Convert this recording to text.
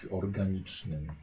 organicznym